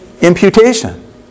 imputation